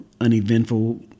uneventful